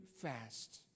fast